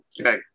Okay